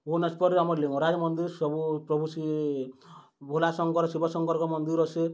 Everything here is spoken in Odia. ଭୁବନେଶ୍ୱରରେ ଆମର୍ ଲିଙ୍ଗରାଜ୍ ମନ୍ଦିର୍ ସବୁ ପ୍ରଭୁ ଶ୍ରୀ ଭୋଲାଶଙ୍କର ଶିବ ଶଙ୍କରଙ୍କ ମନ୍ଦିର୍ ଅଛେ